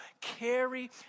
carry